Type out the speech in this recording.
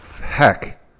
Heck